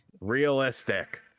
realistic